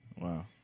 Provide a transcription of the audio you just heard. Wow